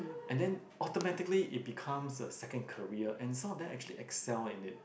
and then automatically it becomes a second career and some of them actually excel in it